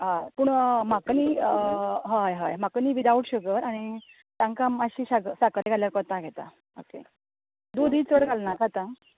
हय पूण म्हाका न्ही हय हय म्हाका न्ही विदावट शुगर आनी तांकां मात्शी साखर घातल्यार कोताक येता दुदय चड घालनाकात आं